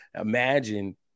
Imagine